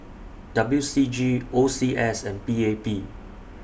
W C G O C S and P A P